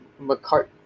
mccart